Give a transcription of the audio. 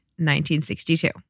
1962